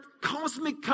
cosmic